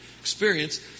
experience